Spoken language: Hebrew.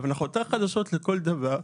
אנחנו אתר חדשות לכל דבר.